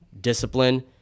discipline